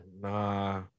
Nah